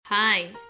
Hi